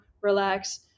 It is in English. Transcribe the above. relax